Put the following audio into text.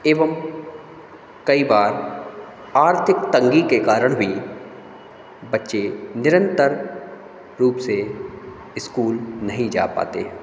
एवं कई बार आर्थिक तंगी के कारण भी बच्चे निरंतर रूप से इस्कूल नहीं जा पाते हैं